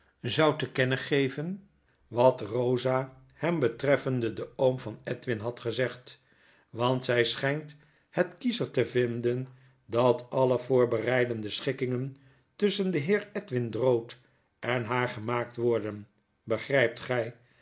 zou te kennen geven wat eosa hem betreffende den oom van edwin had gezegd want zy schynt het kiescher te vinden dat alle voorbereidencle schikkingen tusschen den heer edwin drood en haar gemaakt worden begrijpt gy